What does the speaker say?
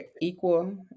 equal